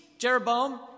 Jeroboam